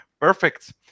Perfect